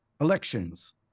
elections